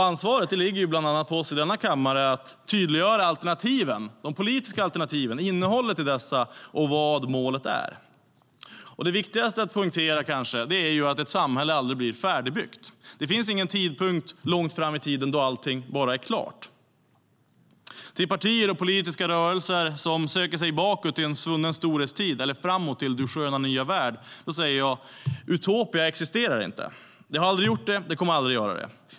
Ansvaret ligger bland annat på oss i denna kammare att tydliggöra innehållet i de politiska alternativen för väljarna och förklara vad målet är. Det viktigaste att poängtera är att ett samhälle aldrig blir färdigbyggt. Det finns ingen tidpunkt långt fram i tiden då allt bara är klart. Till partier och politiska rörelser som söker sig bakåt till en svunnen storhetstid eller framåt till du sköna nya värld säger jag: Utopia existerar inte. Det har aldrig gjort det och kommer aldrig att göra det.